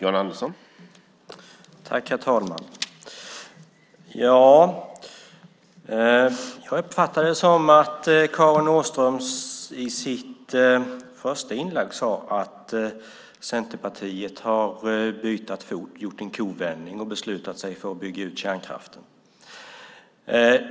Herr talman! Jag uppfattade att Karin Åström i sitt första inlägg sade att Centerpartiet har bytt fot, att Centern har gjort en kovändning och beslutat sig för att bygga ut kärnkraften.